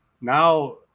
now